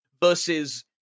versus